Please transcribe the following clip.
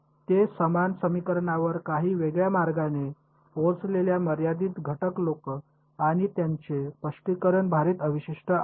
ते समान समीकरणावर काही वेगळ्या मार्गाने पोहोचलेल्या मर्यादित घटक लोक आणि त्यांचे स्पष्टीकरण भारित अवशिष्ट आहे